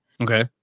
Okay